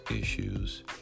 issues